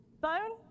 Bone